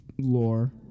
lore